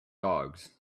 dogs